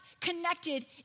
connected